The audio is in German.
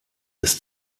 des